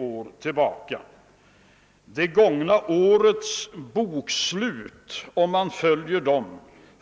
Om man studerar det gångna årets bokslut inom